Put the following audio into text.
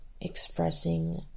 expressing